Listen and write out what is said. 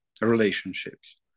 relationships